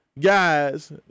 Guys